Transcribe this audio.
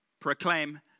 proclaim